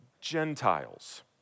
Gentiles